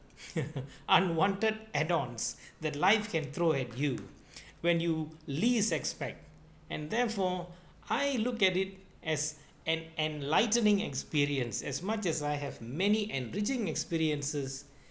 unwanted add ons the life can throw at you when you least expect and therefore I looked at it as an enlightening experience as much as I have many enriching experiences